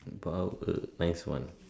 but will next one